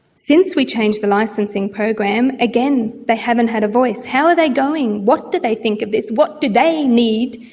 since we changed the licensing program, again they haven't had a voice. how are they going, what do they think of this, what do they need